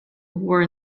were